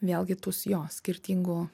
vėlgi tus jo skirtingų